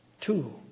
two